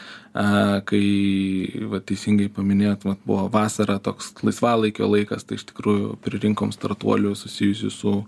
a kai va teisingai paminėjot mat buvo vasara toks laisvalaikio laikas tai iš tikrųjų pririnkom startuolių susijusių su